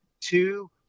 two